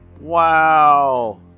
Wow